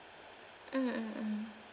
mm mm mm